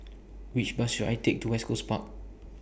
Which Bus should I Take to West Coast Park